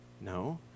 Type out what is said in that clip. No